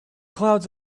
clouds